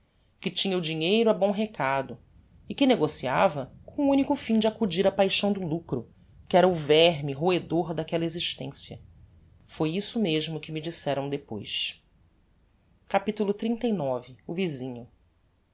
que tinha o dinheiro a bom recado e que negociava com o unico fim de acudir á paixão do lucro que era o verme roedor daquella existencia foi isso mesmo que me disseram depois capitulo xxxix o visinho